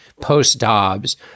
post-Dobbs